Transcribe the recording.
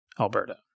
Alberta